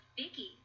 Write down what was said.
Vicky